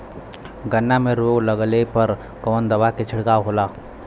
गन्ना में रोग लगले पर कवन दवा के छिड़काव होला?